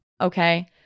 okay